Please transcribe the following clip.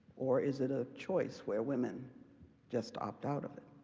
or, is it a choice where women just opt out of it?